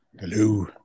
Hello